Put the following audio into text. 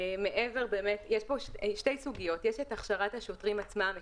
יש פה שתי סוגיות: הכשרת השוטרים עצמם,